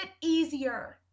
easier